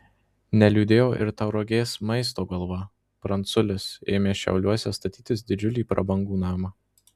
neliūdėjo ir tauragės maisto galva pranculis ėmęs šiauliuose statytis didžiulį prabangų namą